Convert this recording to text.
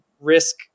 risk